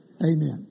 Amen